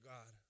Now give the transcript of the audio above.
God